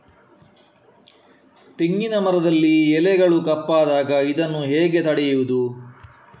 ತೆಂಗಿನ ಮರದಲ್ಲಿ ಎಲೆಗಳು ಕಪ್ಪಾದಾಗ ಇದನ್ನು ಹೇಗೆ ತಡೆಯುವುದು?